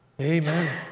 Amen